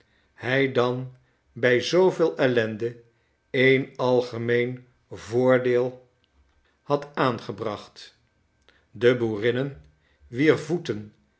hij dan bij zooveel ellende en algemeen voordeel had aangebracht de boerinnen wier voeten